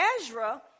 Ezra